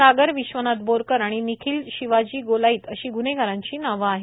सागर विश्वनाथ बोरकर आणि निखिल शिवाजी गोलाईत अशी ग्न्हेगारांची नावे आहेत